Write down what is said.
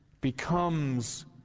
becomes